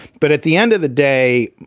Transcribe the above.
but at the end of the day,